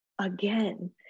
again